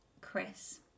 Chris